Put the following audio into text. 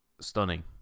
stunning